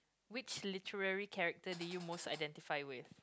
which literary character did you most identify with